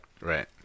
Right